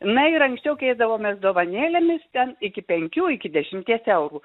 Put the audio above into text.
na ir anksčiau keisdavomės dovanėlėmis ten iki penkių iki dešimties eurų